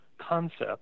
concept